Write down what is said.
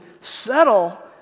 settle